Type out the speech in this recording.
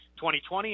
2020